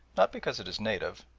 not because it is native,